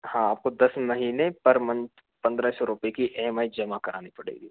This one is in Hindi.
हाँ आपको दस महीने पर मंथ पंद्रह सौ रुपए की ई एम आई जमा करानी पड़ेगी